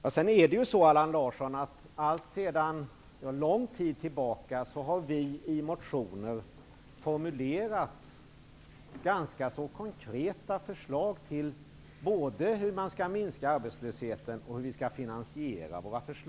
Vi har vidare, Allan Larsson, sedan lång tid tillbaka i motioner formulerat ganska konkreta förslag till minskning av arbetslösheten och till hur dessa förslag skall finansieras.